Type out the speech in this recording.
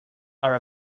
are